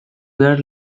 behar